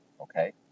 Okay